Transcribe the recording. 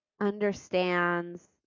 understands